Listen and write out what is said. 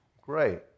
great